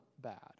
bad